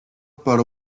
para